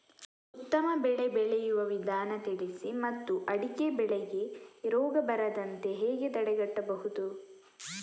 ಉತ್ತಮ ಬೆಳೆ ಬೆಳೆಯುವ ವಿಧಾನ ತಿಳಿಸಿ ಮತ್ತು ಅಡಿಕೆ ಬೆಳೆಗೆ ರೋಗ ಬರದಂತೆ ಹೇಗೆ ತಡೆಗಟ್ಟಬಹುದು?